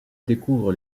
découvre